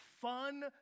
fun